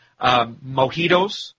Mojitos